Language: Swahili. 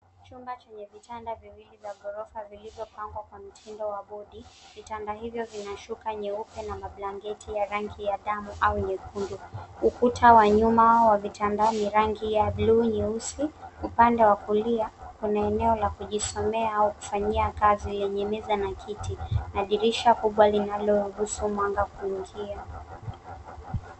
Chumba chenye vitanda viwili vya ghorofa vilivyo pangwa kwa mtindo wa bodi. Vitanda hivyo vina shuka nyeupe na mablanketi ya rangi ya damu au nyekundu huku taa wa nyuma wa vitamba ni rangi ya bluu nyeusi. Upande wa kulia kuna eneo la kujisomea au kufanyia kazi yenye meza na kiti. Madirisha makubwa linalo ruhusu mwanga kuingia.